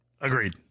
Agreed